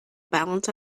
balance